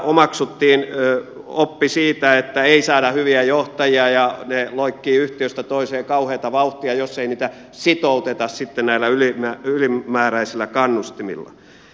omaksuttiin oppi siitä että ei saada hyviä johtajia ja he loikkivat yhtiöstä toiseen kauheata vauhtia jos ei heitä sitouteta sitten näillä ylimääräisillä kannustimilla